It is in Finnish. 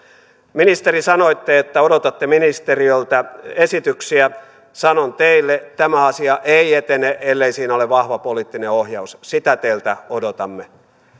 ministeri sanoitte että odotatte ministeriöltä esityksiä sanon teille tämä asia ei etene ellei siinä ole vahva poliittinen ohjaus sitä teiltä odotamme